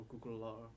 Google